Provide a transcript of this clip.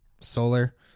solar